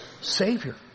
Savior